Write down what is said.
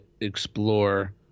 explore